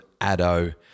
Addo